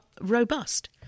robust